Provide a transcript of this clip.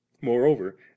Moreover